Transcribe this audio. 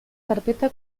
carpeta